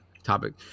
topic